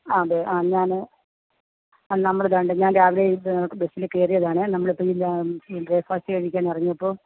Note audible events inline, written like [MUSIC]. ആ അതെ ആ ഞാന് ആ നമ്മള് [UNINTELLIGIBLE] ഞാൻ രാവിലെ ബസ്സിന് കയറിയതാണേ നമ്മള് പിന്നെ ബ്രേക്ക്ഫാസ്റ്റ് കഴിക്കാൻ ഇറങ്ങിയപ്പോള്